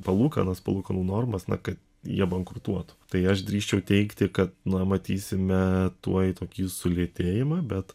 palūkanas palūkanų normas na kad jie bankrutuotų tai aš drįsčiau teigti kad na matysime tuoj tokį sulėtėjimą bet